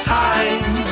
time